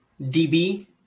DB